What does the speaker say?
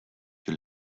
you